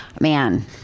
man